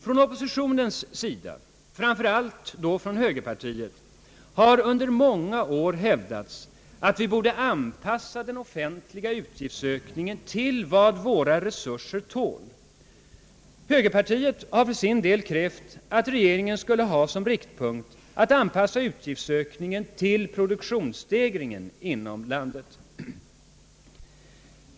Från oppositionens sida — framför allt då från högerpartiet — har under många år hävdats, att vi borde anpassa den offentliga utgiftsökningen till vad våra resurser tål. Höger partiet har för sin del krävt att regeringen skulle ha som riktpunkt att anpassa utgiftsökningarna till produktionsstegringen inom landet.